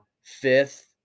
fifth